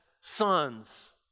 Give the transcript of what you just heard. sons